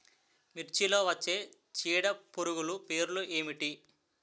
మిర్చిలో వచ్చే చీడపురుగులు పేర్లు ఏమిటి?